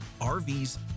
RVs